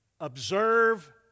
observe